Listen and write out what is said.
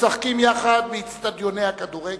משחקים יחד באיצטדיוני הכדורגל.